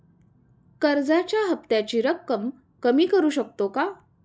कर्जाच्या हफ्त्याची रक्कम कमी करू शकतो का?